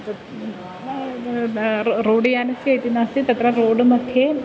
तत् ना एतावद् रो रोड् यानस्य इति नास्ति तत्र रोड् मध्ये